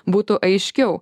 būtų aiškiau